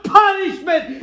punishment